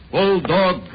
Bulldog